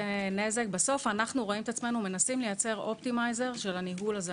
בסוף אנחנו רואים את עצמנו מנסים לייצר אופטימייזר של הניהול הזה.